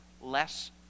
less